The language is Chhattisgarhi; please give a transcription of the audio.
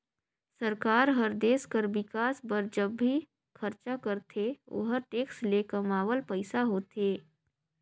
सरकार हर देस कर बिकास बर ज भी खरचा करथे ओहर टेक्स ले कमावल पइसा होथे